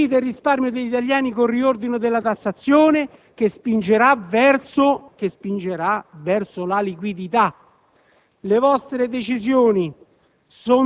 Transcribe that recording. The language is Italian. Colpite il risparmio degli italiani con il riordino della tassazione che spingerà verso la liquidità. Le vostre decisioni